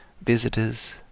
visitors